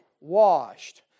Washed